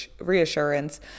reassurance